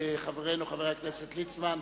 חברנו חבר הכנסת ליצמן,